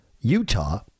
Utah